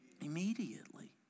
immediately